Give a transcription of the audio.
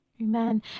Amen